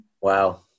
Wow